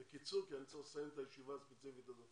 כי אני צריך לסיים את הישיבה הספציפית הזאת ולעבור לנושא הבא.